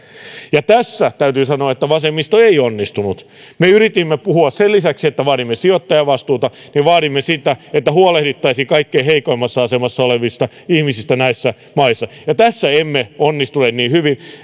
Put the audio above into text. ja tässä täytyy sanoa vasemmisto ei onnistunut me yritimme sen lisäksi että vaadimme sijoittajavastuuta puhua ja vaatia sitä että huolehdittaisiin kaikkein heikoimmassa asemassa olevista ihmisistä näissä maissa mutta tässä emme onnistuneet niin hyvin